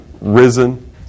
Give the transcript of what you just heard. risen